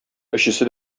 өчесе